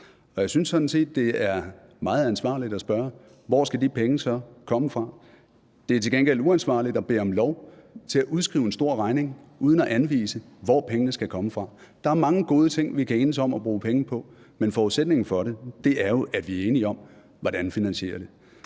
Og jeg synes sådan set, det er meget ansvarligt at spørge: Hvor skal de penge så komme fra? Det er til gengæld uansvarligt at bede om lov til at udskrive en stor regning uden at anvise, hvor pengene skal komme fra. Der er mange gode ting, vi kan enes om at bruge penge på, men forudsætningen for det er jo, at vi er enige om, hvordan vi finansierer det.